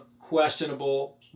questionable